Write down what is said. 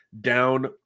down